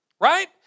Right